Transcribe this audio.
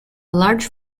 large